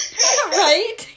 right